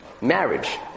Marriage